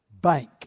bank